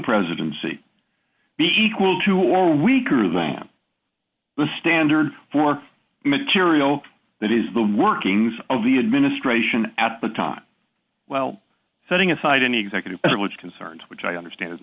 presidency be equal to or weaker than the standard for material that is the workings of the administration at the time well setting aside any executive privilege concerns which i understand is